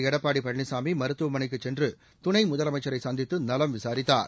எடப்பாடி பழனிசாமி மருத்துவமளைக்கு சென்று துணை முதலமைச்சரை சந்தித்து நலம் விசாரித்தார்